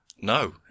No